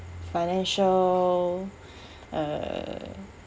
financial uh